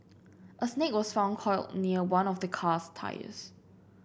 a snake was found coiled near one of the car's tyres